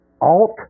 alt